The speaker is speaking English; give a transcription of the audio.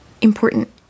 important